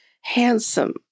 handsome